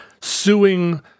suing